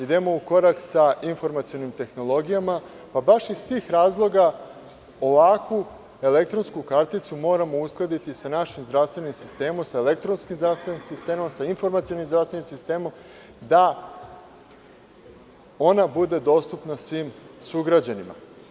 Idemo u korak sa informacionim tehnologijama i baš iz tih razloga ovakvu elektronsku karticu moramo uskladiti sa našim zdravstvenim sistemom, sa elektronskim zdravstvenim sistemom, sa informacionim zdravstvenim sistemom, da ona bude dostupna svim sugrađanima.